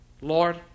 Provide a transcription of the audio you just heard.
Lord